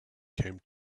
came